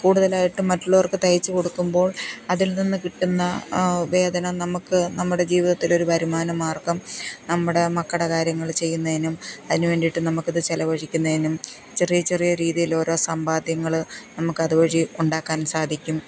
കൂടുതലായിട്ടും മറ്റുള്ളവര്ക്ക് തികച്ച് കൊടുക്കുമ്പോള് അതില്നിന്ന് കിട്ടുന്ന വേദന നമുക്ക് നമ്മുടെ ജീവിതത്തിലൊരു വരുമാനമാര്ഗം നമ്മുടെ മക്കളുടെ കാര്യങ്ങൾ ചെയ്യുന്നതിനും അതിന് വേണ്ടിയിട്ട് നമുക്കത് ചെലവഴിക്കുന്നതിനും ചെറിയ ചെറിയ രീതിയിൽ ഒരോ സമ്പാദ്യങ്ങൾ നമുക്ക് അതുവഴി ഉണ്ടാക്കാന് സാധിക്കും